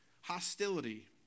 hostility